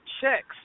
checks